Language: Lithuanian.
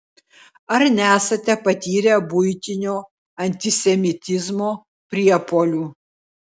ar nesate patyrę buitinio antisemitizmo priepuolių